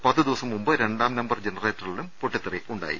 പത്ത് ദിവസം മുമ്പ് രണ്ടാം നമ്പർ ജനറേറ്ററിലും പൊട്ടിത്തെറിയുണ്ടായി